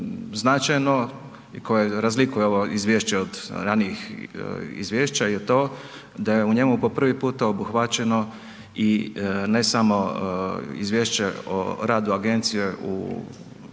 značajno i koje razlikuje ovo izvješća od ranijih izvješća je to da je u njemu po prvi puta obuhvaćeno i ne samo izvješće o radu agencije u